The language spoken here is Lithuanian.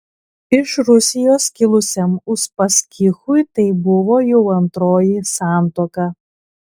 iš rusijos kilusiam uspaskichui tai buvo jau antroji santuoka